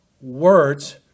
words